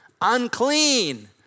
unclean